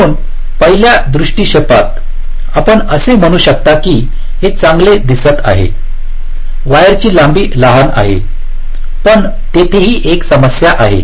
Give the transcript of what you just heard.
म्हणून पहिल्या दृष्टीक्षेपात आपण असे म्हणू शकता की हे चांगले दिसते आहे वायरची लांबी लहान आहे पण तिथेही एक समस्या आहे